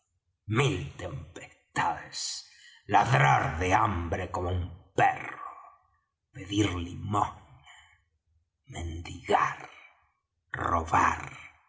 mil tempestades ladrar de hambre como un perro pedir limosna mendigar robar